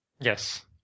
Yes